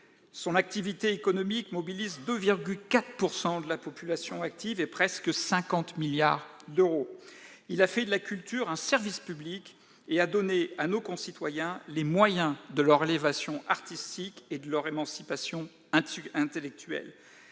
Son activité économique mobilise 2,4 % de la population active et près de 50 milliards d'euros. Il a fait de la culture un service public et donné à nos concitoyens les moyens de leur élévation artistique et de leur émancipation intellectuelle.